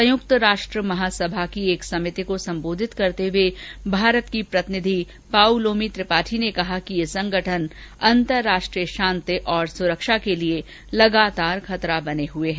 संयुक्त राष्ट्र महासभा की एक समिति को संबोधित करते हुए भारत की प्रतिनिधि पाउलोमी त्रिपाठी ने कहा कि ये संगठन अंतर्राष्ट्रीय शांति और सुरक्षा के लिए लगातार खतरा बने हुए हैं